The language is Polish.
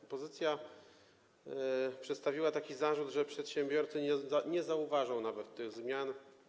Opozycja przedstawiła taki zarzut, że przedsiębiorcy nawet nie zauważą tych zmian.